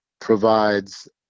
provides